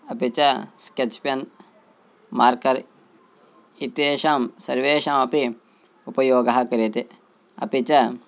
अपि च sketch pen marker इत्येषां सर्वेषामपि उपयोगः क्रियते अपि च